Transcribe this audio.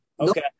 Okay